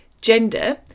gender